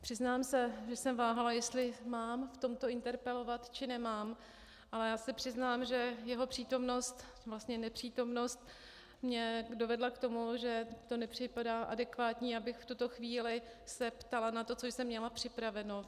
Přiznám se, že jsem váhala, jestli mám v tomto interpelovat, či nemám, ale přiznám se, že jeho přítomnost, vlastně nepřítomnost mě dovedla k tomu, že mi nepřipadá adekvátní, abych v tuto chvíli se ptala na to, co jsem měla připraveno.